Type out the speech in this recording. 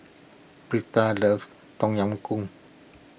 Brinda loves Tom Yam Goong